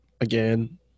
again